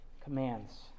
commands